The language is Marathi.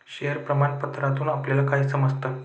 शेअर प्रमाण पत्रातून आपल्याला काय समजतं?